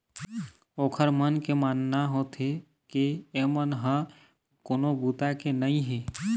ओखर मन के मानना होथे के एमन ह कोनो बूता के नइ हे